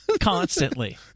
Constantly